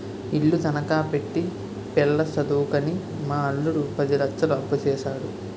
ఇల్లు తనఖా పెట్టి పిల్ల సదువుకని మా అల్లుడు పది లచ్చలు అప్పుసేసాడు